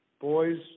boys